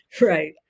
right